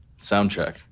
soundtrack